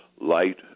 light